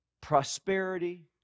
Prosperity